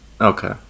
Okay